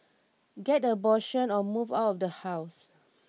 get an abortion or move out of the house